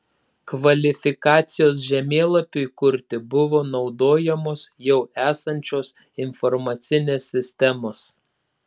kvalifikacijos žemėlapiui kurti buvo naudojamos jau esančios informacinės sistemos